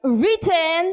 written